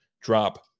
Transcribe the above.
drop